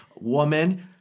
woman